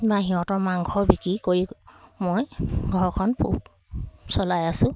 বা সিহঁতৰ মাংস বিক্ৰী কৰি মই ঘৰখন পোহ চলাই আছোঁ